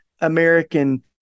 American